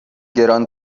گران